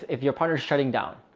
if your partner is shutting down,